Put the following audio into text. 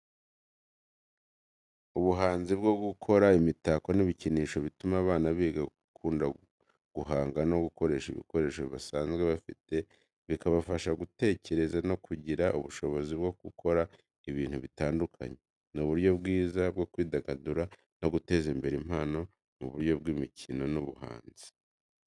Ubuhanzi bwo gukora imitako n’ibikinisho butuma abana biga gukunda guhanga no gukoresha ibikoresho basanzwe bafite, bikabafasha gutekereza no kugira ubushobozi bwo gukora ibintu bitandukanye. Ni uburyo bwiza bwo kwidagadura no guteza imbere impano mu buryo bw’imikino n’ubuhanzi.